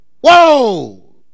Whoa